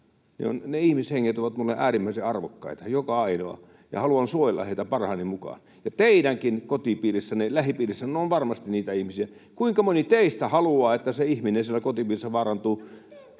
Ne ihmishenget ovat minulle äärimmäisen arvokkaita, joka ainoa, ja haluan suojella heitä parhaani mukaan. Teidänkin kotipiirissänne ja lähipiirissänne on varmasti niitä ihmisiä. Kuinka moni teistä haluaa, että se ihminen siellä kotipiirissä vaarantuu?